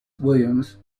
williams